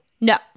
no